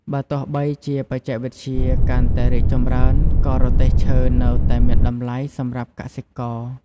បើទោះបីជាបច្ចេកវិទ្យាកាន់តែរីកចម្រើន ក៏រទេះឈើនៅតែមានតម្លៃសម្រាប់កសិករ។